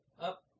Up